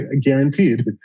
guaranteed